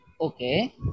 Okay